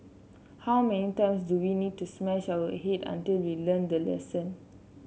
how many times do we need to smash our head until we learn the lesson